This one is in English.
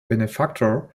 benefactor